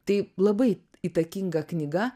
tai labai įtakinga knyga